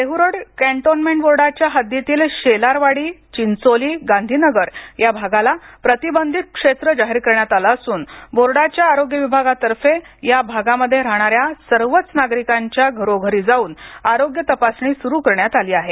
Dehuroad cantonment बोर्डाच्या हद्दीतील शेलारवाडी चिंचोली गांधीनगर या भागाला प्रतिबंधित क्षेत्र जाहीर करण्यात आलं असून बोर्डाच्या आरोग्य विभागातर्फे या भागामध्ये राहणाऱ्या सर्वच नागरिकांच्या घरोघरी जाऊन आरोग्य तपासणी स्रु करण्यात आली आहे